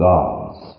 God's